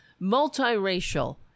multiracial